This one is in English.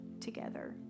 together